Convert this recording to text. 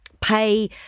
pay